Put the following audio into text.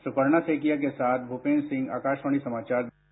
सुपर्णा सैकेया के साथ भूपेंद्र सिंह आकाशवाणी समाचारदिल्ली